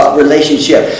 relationship